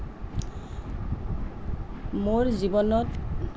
মোৰ জীৱনত